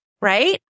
right